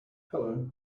hello